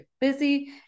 busy